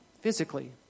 physically